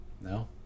No